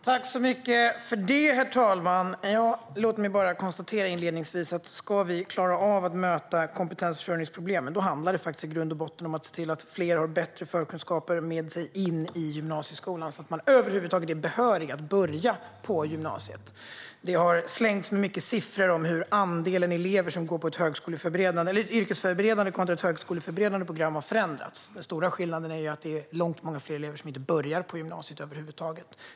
Herr talman! Låt mig inledningsvis bara konstatera att ska vi klara av att möta kompetensförsörjningsproblemen handlar det i grund och botten om att se till att fler har bättre förkunskaper med sig in i gymnasieskolan så att de över huvud taget är behöriga att börja på gymnasiet. Det har slängts med mycket siffror om hur andelen elever som går på ett yrkesförberedande kontra ett högskoleförberedande program har förändrats. Den stora skillnaden är att långt många fler elever som inte börjar på gymnasiet över huvud taget.